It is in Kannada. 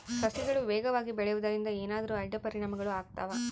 ಸಸಿಗಳು ವೇಗವಾಗಿ ಬೆಳೆಯುವದರಿಂದ ಏನಾದರೂ ಅಡ್ಡ ಪರಿಣಾಮಗಳು ಆಗ್ತವಾ?